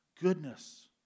goodness